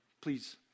Please